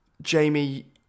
Jamie